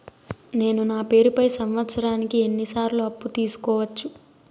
నేను నా పేరుపై సంవత్సరానికి ఎన్ని సార్లు అప్పు తీసుకోవచ్చు?